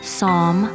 Psalm